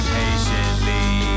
patiently